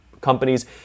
companies